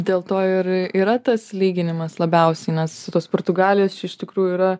dėl to ir yra tas lyginimas labiausiai nes tos portugalijos čia iš tikrųjų yra